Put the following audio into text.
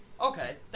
Okay